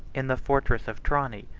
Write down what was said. in the fortress of trani,